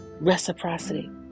reciprocity